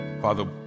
Father